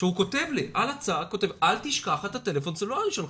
הוא כותב לי על הצג: אל תשכח את הטלפון הסלולרי שלך.